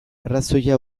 arrazoia